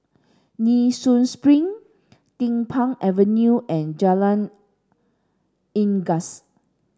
Nee Soon Spring Din Pang Avenue and Jalan Unggas